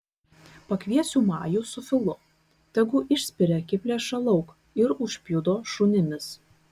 pakviesiu majų su filu tegu išspiria akiplėšą lauk ir užpjudo šunimis